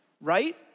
right